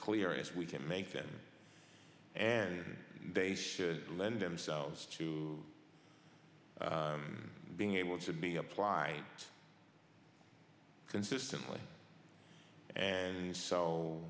clear as we can make them and they should lend themselves to being able to be applied consistently and so